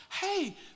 hey